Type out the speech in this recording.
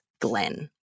Glenn